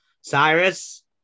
Cyrus